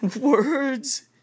words